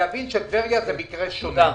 להבין שטבריה זה מקרה שונה.